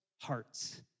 hearts